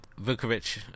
Vukovic